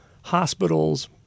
hospitals